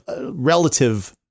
relative